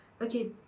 Okay